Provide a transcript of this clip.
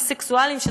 ביסקסואלים,